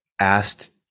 asked